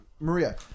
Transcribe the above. Maria